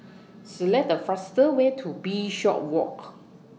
Select The faster Way to Bishopswalk